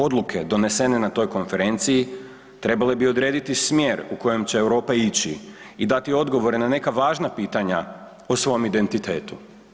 Odluke donesene na toj konferenciji trebale bi odrediti smjer u kojem će Europa ići i dati odgovore na neka važna pitanja o svom identitetu.